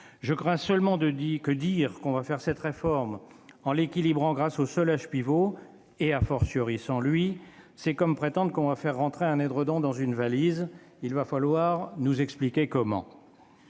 Je crains seulement que dire qu'on va faire cette réforme en l'équilibrant grâce au seul âge pivot, et sans lui, ce soit comme prétendre qu'on va faire rentrer un édredon dans une valise. Il va falloir nous expliquer comment.